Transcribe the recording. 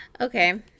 Okay